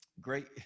Great